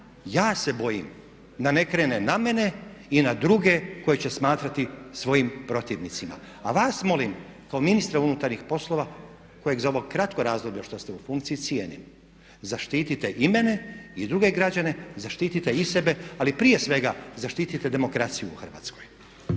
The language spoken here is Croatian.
ja se bojim da ne krene na mene i na druge koje će smatrati svojim protivnicima. A vas molim kao ministra unutarnjih poslova kojeg za ovog kratkog razdoblja što ste u funkciji cijenim. Zaštitite i mene i druge građane, zaštitite i sebe, ali prije svega zaštitite demokraciju u Hrvatskoj.